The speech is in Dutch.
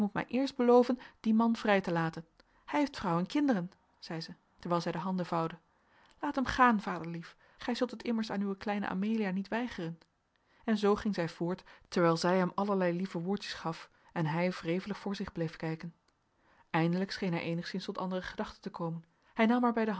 mij eerst beloven dien man vrij te laten hij heeft vrouw en kinderen zei zij terwijl zij de handen vouwde laat hem gaan vaderlief gij zult het immers aan uwe kleine amelia niet weigeren en zoo ging zij voort terwijl ze hem allerlei lieve woordjes gaf en hij wrevelig voor zich bleef kijken eindelijk scheen hij eenigszins tot andere gedachten te komen hij nam haar bij de